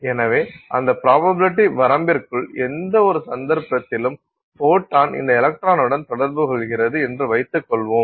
எனவே அந்த ஃபிராபபிலிடி வரம்பிற்குள் எந்தவொரு சந்தர்ப்பத்திலும் ஃபோட்டான் இந்த எலக்ட்ரானுடன் தொடர்பு கொள்கிறது என்று வைத்துக்கொள்வோம்